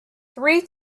three